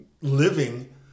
living